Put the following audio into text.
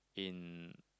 in